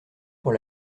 pour